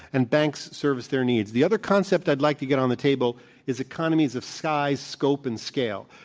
and banks service their needs. the other concept i'd like to get on the table is economies of size, scope and scale.